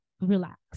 relax